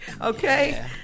Okay